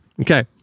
Okay